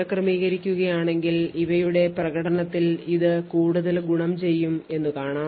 ക്രമീകരിക്കുകയാണെങ്കിൽ ഇവയുടെ പ്രകടനത്തിൽ ഇത് കൂടുതൽ ഗുണം ചെയ്യുംഎന്നു കാണാം